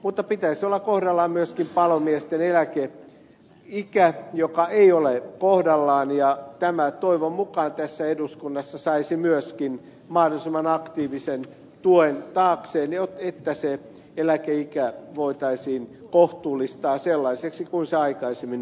mutta myöskin palomiesten eläkeiän pitäisi olla kohdallaan se ei ole kohdallaan ja tämä toivon mukaan saa tässä eduskunnassa myöskin mahdollisimman aktiivisen tuen taakseen että se eläkeikä voitaisiin kohtuullistaa sellaiseksi kuin se aikaisemmin oli